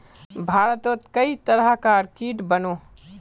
भारतोत कई तरह कार कीट बनोह